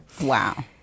Wow